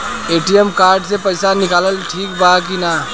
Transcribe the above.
ATM card से पईसा निकालल ठीक बा की ना?